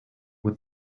with